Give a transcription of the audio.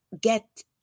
get